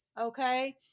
Okay